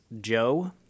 Joe